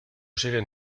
siguen